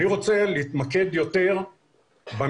אני רוצה להתמקד יותר במשטרה,